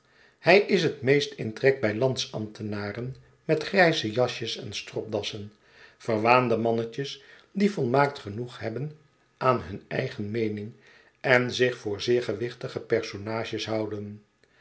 hij is het meest in trek bij lands ambtenaren met grijze jasjes en stropdassen verwaande mannetjes die volmaakt genoeg hebben aan hun eigen meening en zich voor zeer gewichtige personages houden